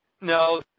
No